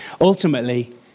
Ultimately